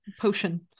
potion